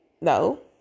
No